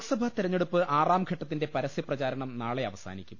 ലോക്സഭാ തെരഞ്ഞെടുപ്പ് ആറാം ഘട്ടത്തിന്റെ പ്രസ്യ പ്രചാ രണം നാളെ അവസാനിക്കും